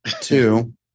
Two